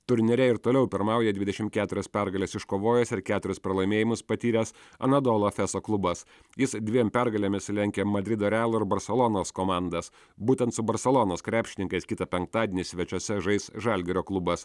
turnyre ir toliau pirmauja dvidešimt keturias pergales iškovojęs ir keturis pralaimėjimus patyręs anadolo efeso klubas jis dviem pergalėmis lenkia madrido real ir barselonos komandas būtent su barselonos krepšininkais kitą penktadienį svečiuose žais žalgirio klubas